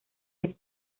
este